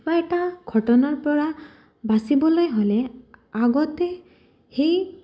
কিবা এটা ঘটনাৰ পৰা বাচিবলৈ হ'লে আগতে সেই